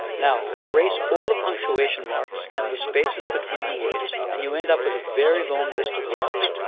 now erase all the punctuation marks and the spaces between the words and you end up with a very long list of letters.